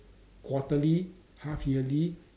quarterly half yearly